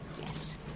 yes